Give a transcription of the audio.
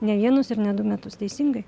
ne vienus ir ne du metus teisingai